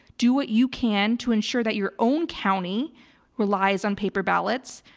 do what you can to ensure that your own county relies on paper ballots.